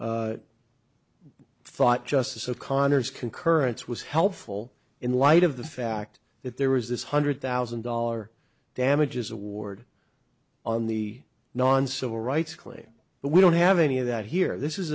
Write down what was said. i thought justice o'connor's concurrence was helpful in light of the fact that there was this hundred thousand dollars damages award on the non civil rights claim but we don't have any of that here this is